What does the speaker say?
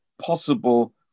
possible